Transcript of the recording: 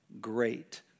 great